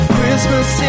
Christmas